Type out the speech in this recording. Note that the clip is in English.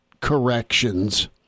corrections